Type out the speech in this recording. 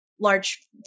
large